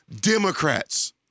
Democrats